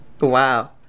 Wow